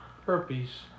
Herpes